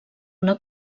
una